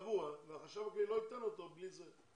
צבוע והחשב הכללי לא ייתן אותו בלי זה.